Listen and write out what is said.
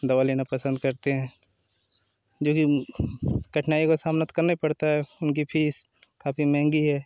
दवा लेना पसंद करते हैं जो भी कठिनाइयों का सामना करना ही पड़ता है उनकी फीस काफ़ी महंगी है